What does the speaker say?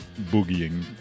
boogieing